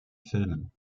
filmen